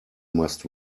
must